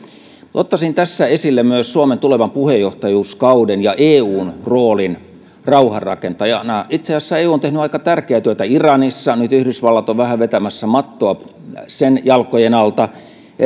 ottaisin tässä esille myös suomen tulevan puheenjohtajuuskauden ja eun roolin rauhanrakentajana itse asiassa eu on tehnyt aika tärkeää työtä iranissa nyt yhdysvallat on vähän vetämässä mattoa sen jalkojen alta